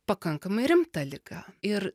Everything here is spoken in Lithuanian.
pakankamai rimtą ligą ir